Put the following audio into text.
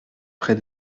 près